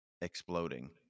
exploding